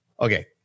Okay